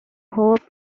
hope